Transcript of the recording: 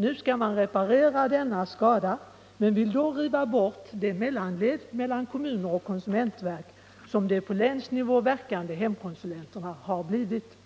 Nu skall man reparera denna skada men vill då riva bort det mellanled mellan kommuner och konsumentverk som de på länsnivå verkande hemkonsulenterna blivit.